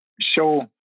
show